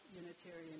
Unitarian